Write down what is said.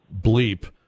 bleep